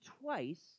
twice